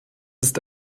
ist